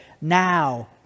now